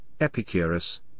Epicurus